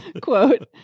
quote